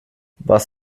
was